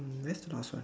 miss thousand